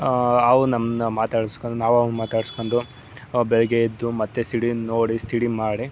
ಅವು ನಮ್ಮನ್ನ ಮಾತಾಡ್ಸ್ಕೊಂಡು ನಾವು ಅವು ಮಾತಾಡ್ಸ್ಕೊಂಡು ಬೆಳಗ್ಗೆ ಎದ್ದು ಮತ್ತೆ ಸಿಡಿನ ನೋಡಿ ಸಿ ಡಿ ಮಾಡಿ